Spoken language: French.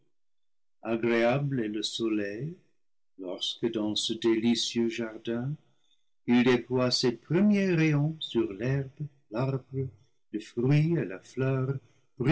agréable est le soleil lorsque dans ce délicieux jar din il déploie ses premiers rayons sur l'herbe l'arbre le fruit et la fleur